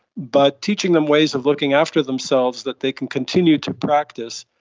but teaching them ways of looking after themselves that they can continue to practice,